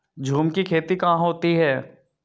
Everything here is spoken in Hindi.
झूम की खेती कहाँ होती है?